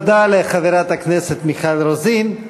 תודה לחברת הכנסת מיכל רוזין.